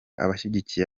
abashyigikiye